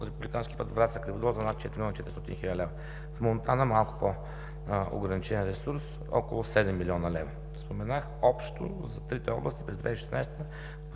републикански път Враца – Криводол за над 4 млн. 400 хил. лв. В Монтана е малко по-ограничен ресурс – около седем милиона лева. Споменах общо за трите области през 2016